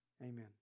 Amen